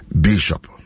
Bishop